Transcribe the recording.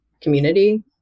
community